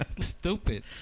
Stupid